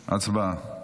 הצבעה.